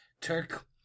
Turk